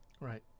Right